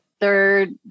third